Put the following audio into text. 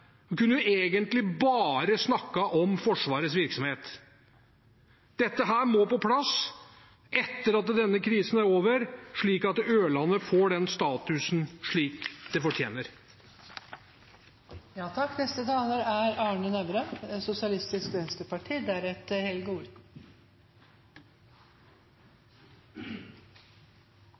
kunne jo egentlig bare snakket om Forsvarets virksomhet. Dette må på plass etter at denne krisen er over, slik at Ørland får den statusen